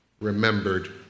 remembered